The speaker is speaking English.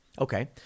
Okay